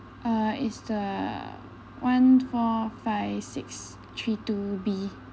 uh it's the one four five six three two B